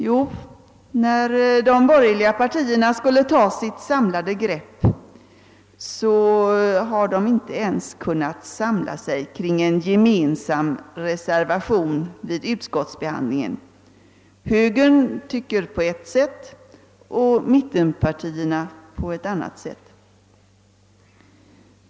Jo, när de borgerliga partierna skulle ta sitt samlade grepp, kunde de inte ens samla sig till en gemensam reservation till utskottets utlåtande. Högern tyckte på ett sätt och mittenpartierna på ett annat.